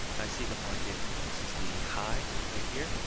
i see the market. this is the high right here.